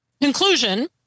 conclusion